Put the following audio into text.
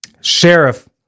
sheriff